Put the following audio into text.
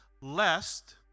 lest